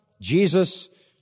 Jesus